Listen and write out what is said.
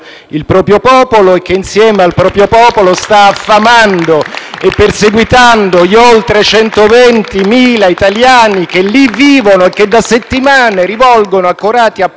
dal Gruppo FI-BP)*e che, insieme al proprio popolo, sta affamando e perseguitando gli oltre 120.000 italiani che lì vivono e che da settimane rivolgono accorati